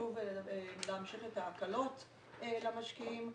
חשוב להמשיך את ההקלות למשקיעים,